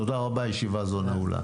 תודה רבה, ישיבה זו נעולה.